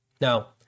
Now